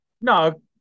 No